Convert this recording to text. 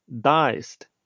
diced